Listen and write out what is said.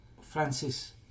Francis